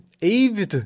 Eve